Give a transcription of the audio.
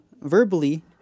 verbally